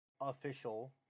official